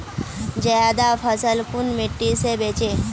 ज्यादा फसल कुन मिट्टी से बेचे?